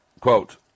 quote